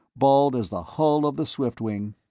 bald as the hull of the swiftwing.